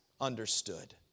understood